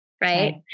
right